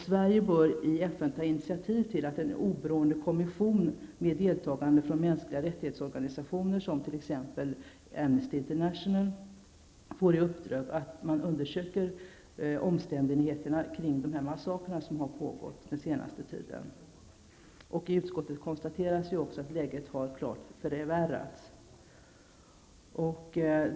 Sverige bör i FN ta initiativ till att en oberoende kommission, med deltagande av organisationer för mänskliga rättigheter, såsom Amnesty International, får i uppdrag att undersöka omständigheterna kring dessa massakrer som har pågått den senaste tiden. I utskottet konstateras ju att läget klart förvärrats.